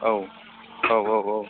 औ औ औ औ